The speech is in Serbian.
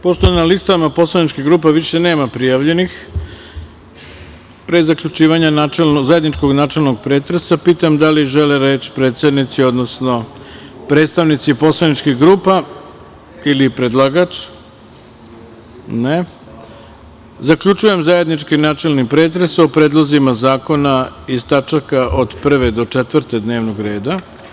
Pošto na listama poslaničkih grupa više nema prijavljenih, pre zaključivanja zajedničkog načelnog pretresa, pitam da li žele reč predsednici, odnosno predstavnici poslaničkih grupa ili predlagač? (Ne.) Zaključujem zajednički načelni pretres o predlozima zakona iz tačaka od 1. do 4. dnevnog reda.